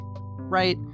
right